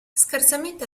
scarsamente